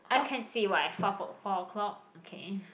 I can see why fourth four o-clock okay